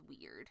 weird